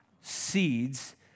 seeds